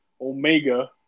Omega